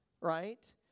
Right